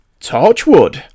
Torchwood